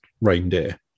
reindeer